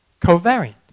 covariant